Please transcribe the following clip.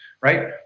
right